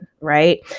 right